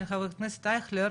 של חה"כ אייכלר,